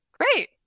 great